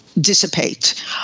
Dissipate